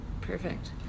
Perfect